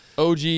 OG